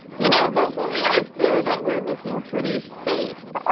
you know locally i feel that we're looking pretty safe.